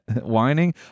Whining